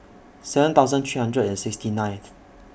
seven thousand three hundred and sixty ninth